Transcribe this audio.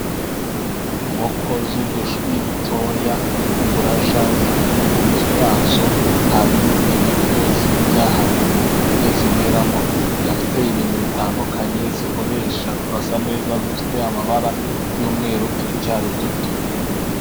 Inkoko z'udushwi dutoya ugura ,ziri mu nzu yazo hari ibiryo zirya hari ibyo zinyweramo ,dufite ibintu bitandukanye zikoresha. Turasa neza dufite amabara y'umweru turacyari duto.